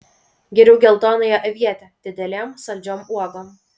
geriau geltonąją avietę didelėm saldžiom uogom